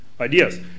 Ideas